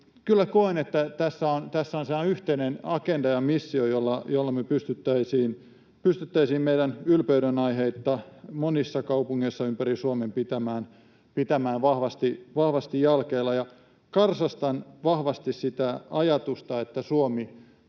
koen, että tässä on sellainen yhteinen agenda ja missio, jolla me pystyisimme meidän ylpeydenaiheitamme monissa kaupungeissa ympäri Suomen pitämään vahvasti jalkeilla, ja karsastan vahvasti sitä ajatusta, että Suomi